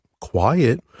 quiet